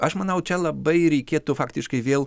aš manau čia labai reikėtų faktiškai vėl